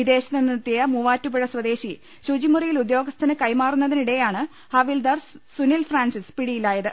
വിദേശത്ത് നിന്നെത്തിയ മൂവാറ്റുപുഴ് സ്വദേശി ശുചിമുറിയിൽ ഉദ്യോഗസ്ഥന് കൈമാറു ന്നതിനിടെയാണ് ഹവിൽദാർ സുനിൽ ഫ്രാൻസിസ് പിടിയിലാ യത്